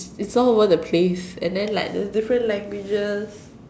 it's all over the place and then like there's different languages